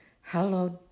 hallowed